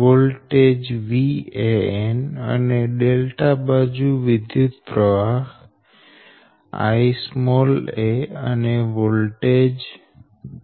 voltage VAnઅને ∆ બાજુ વિદ્યુતપ્રવાહ Ia અને વોલ્ટેજ Van છે